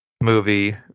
movie